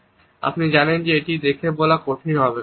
কিন্তু আপনি জানেন যে এটি দেখে বলা কঠিন হবে